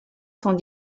sont